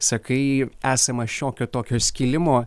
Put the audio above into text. sakai esama šiokio tokio skilimo